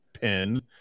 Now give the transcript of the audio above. pen